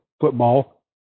football